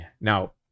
Now